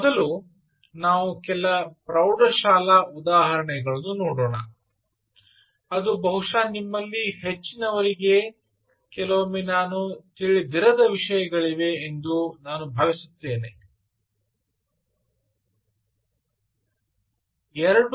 ಮೊದಲು ನಾವು ಕೆಲವು ಪ್ರೌಢ ಶಾಲಾ ಉದಾಹರಣೆಗಳನ್ನು ನೋಡೋಣ ಅದು ಬಹುಶಃ ನಿಮ್ಮಲ್ಲಿ ಹೆಚ್ಚಿನವರಿಗೆ ಕೆಲವೊಮ್ಮೆ ನಾನು ತಿಳಿದಿರದ ವಿಷಯಗಳಿವೆ ಎಂದು ಭಾವಿಸುತ್ತೇನೆ ಉಲ್ಲೇಖ ಸಮಯ 0144